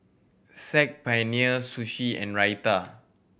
Saag Paneer Sushi and Raita